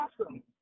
awesome